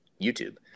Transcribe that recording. YouTube